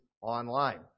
online